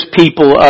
people